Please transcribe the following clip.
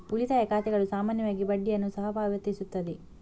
ಉಳಿತಾಯ ಖಾತೆಗಳು ಸಾಮಾನ್ಯವಾಗಿ ಬಡ್ಡಿಯನ್ನು ಸಹ ಪಾವತಿಸುತ್ತವೆ